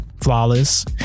Flawless